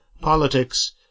politics